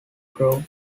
draw